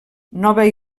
nova